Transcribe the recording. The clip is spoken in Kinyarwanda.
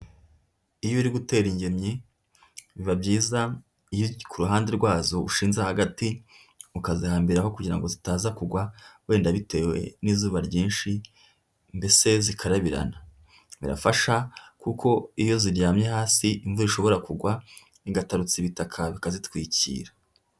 Iyo uri gutera ingemyi biba byiza iyo ku ruhande rwazo ushinzeho agati ukazihambiraho kugira ngo zitaza kugwa, wenda bitewe n'izuba ryinshi mbese zikarabirana, birafasha kuko iyo ziryamye hasi imvura ishobora kugwa igatarutsa ibitaka bikazitwikira.